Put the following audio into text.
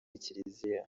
kiliziya